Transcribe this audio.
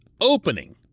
opening